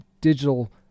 digital